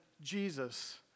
Jesus